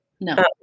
no